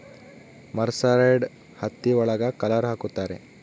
mercerised ಹತ್ತಿ ಒಳಗ colour ಹಾಕುತ್ತಾರೆ